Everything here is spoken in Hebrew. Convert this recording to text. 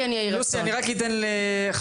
יוסי, אני רק אתן לחברת